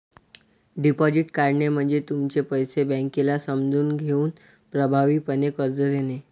deposit काढणे म्हणजे तुमचे पैसे बँकेला समजून घेऊन प्रभावीपणे कर्ज देणे